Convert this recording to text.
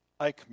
Eichmann